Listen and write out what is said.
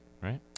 Right